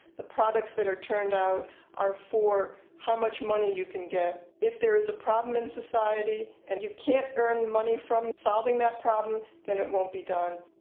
the products that are turned out are for how much money you can get. if there is a problem in society and you can't earn money from solving that problem, then it won't be done.